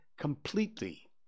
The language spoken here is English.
completely